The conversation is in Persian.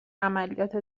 عملیات